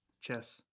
Chess